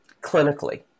clinically